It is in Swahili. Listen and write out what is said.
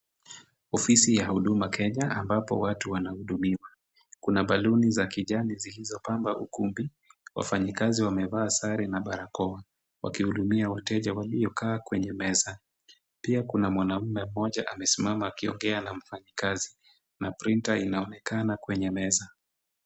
Ofisi ya Huduma Kenya ambapo watu wanahudumiwa. Kuna baluni za kijani zilizopamba ukumbi. Wafanyikazi wamevaa sare na barakoa, wakihudumia wateja waliokaa kwenye meza. Pia kuna mwanaume mmoja amesimama akiongea na mfanyikazi na printer inaonekana kwenye meza.